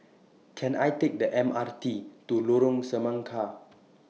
Can I Take The M R T to Lorong Semangka